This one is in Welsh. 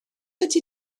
ydy